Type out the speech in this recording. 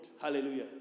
Hallelujah